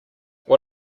what